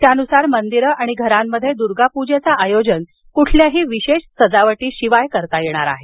त्यांनुसार मंदिरं आणि घरांमध्ये दुर्गा पूजेचं आयोजन कुठल्याही विशेष सजावटीशिवाय करता येणार आहे